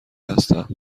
هستم